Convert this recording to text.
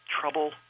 trouble